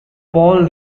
paul